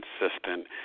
consistent